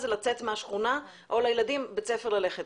לצאת מהשכונה או בית ספר לילדים אליו יוכלו ללכת.